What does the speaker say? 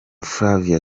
flavia